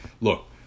look